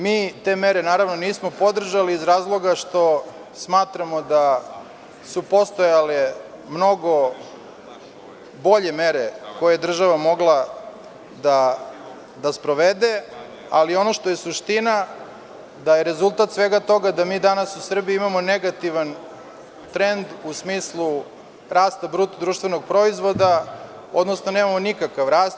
Mi te mere, naravno, nismo podržali iz razloga što smatramo da su postojale mnogo bolje mere koje je država mogla da sprovede, ali ono što je suština, jeste da je rezultat svega toga da mi danas u Srbiji imamo negativan trend u smislu rasta BDP, odnosno nemamo nikakav rast.